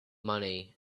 money